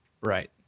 Right